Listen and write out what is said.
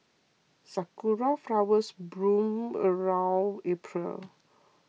sakura flowers bloom around April